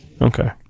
okay